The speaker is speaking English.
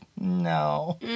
no